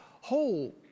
whole